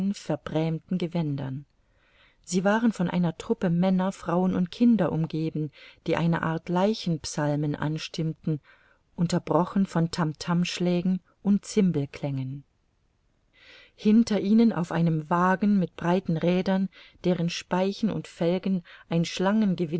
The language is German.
verbrämten gewändern sie waren von einer truppe männer frauen und kinder umgeben die eine art leichenpsalmen anstimmten unterbrochen von tam tamschlägen und zimbel klängen hinter ihnen auf einem wagen mit breiten rädern deren speichen und felgen ein